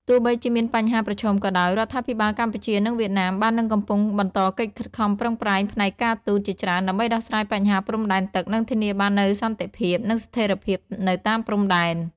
ទោះបីជាមានបញ្ហាប្រឈមក៏ដោយ រដ្ឋាភិបាលកម្ពុជា និងវៀតណាម បាននិងកំពុងបន្តកិច្ចខិតខំប្រឹងប្រែងផ្នែកការទូតជាច្រើនដើម្បីដោះស្រាយបញ្ហាព្រំដែនទឹក និងធានាបាននូវសន្តិភាព និងស្ថិរភាពនៅតាមព្រំដែន។